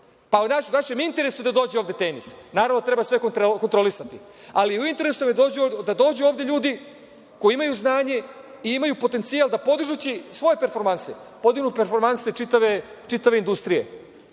U našem je interesu da dođe ovde „Tenis“. Naravno da treba sve kontrolisati, ali je u interesu da dođu ovde ljudi koji imaju znanje i imaju potencijal da, podižući svoje performanse, podignu performanse čitave industrije. Recite